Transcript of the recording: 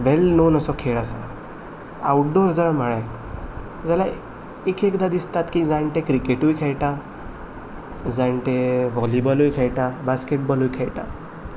वेल known असो खेळ आसा आवटडोर जर म्हळें जाल्यार एकएकदा दिसतात की जाणटे क्रिकेटूय खेळटा जाणटे हॉलिबॉलूय खेळटा बास्केटबॉलूय खेळटा